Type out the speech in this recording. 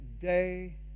day